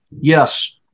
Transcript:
Yes